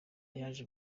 yaje